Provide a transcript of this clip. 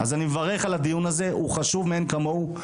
אז אני מברך על הדיון הזה, הוא חשוב מאין כמוהו.